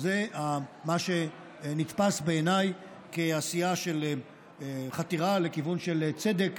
וזה מה שנתפס בעיניי כעשייה של חתירה לכיוון של צדק